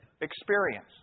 experience